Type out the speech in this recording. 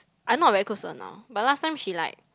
I not very close to her now but last time she like